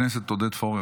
חבר הכנסת עודד פורר,